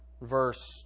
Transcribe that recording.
verse